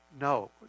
no